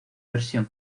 versión